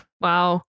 Wow